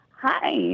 Hi